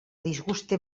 disguste